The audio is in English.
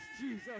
Jesus